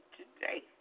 today